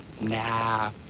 Nah